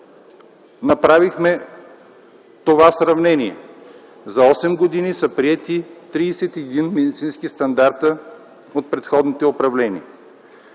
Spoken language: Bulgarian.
направихме това сравнение – за 8 години са приети 31 медицински стандарта от предходното управление.